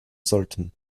sollten